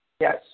Yes